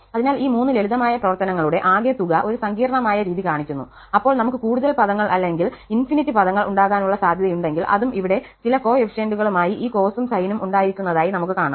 അതിനാൽ ഈ മൂന്ന് ലളിതമായ പ്രവർത്തനങ്ങളുടെ ആകെത്തുക ഒരു സങ്കീർണ്ണമായ രീതി കാണിക്കുന്നു അപ്പോൾ നമുക്ക് കൂടുതൽ പദങ്ങൾ അല്ലെങ്കിൽ അനന്തമായ നിരവധി പദങ്ങൾ ഉണ്ടാകാനുള്ള സാധ്യതയുണ്ടെങ്കിൽ അതും ഇവിടെ ചില കോഫിഫിഷ്യന്റുകളുമായി ഈ കോസും സൈനും ഉണ്ടായിരിക്കുന്നതായി നമുക്ക് കാണാം